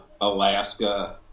Alaska